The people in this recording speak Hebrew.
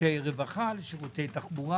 שירותי רווחה, שירותי תחבורה